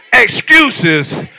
Excuses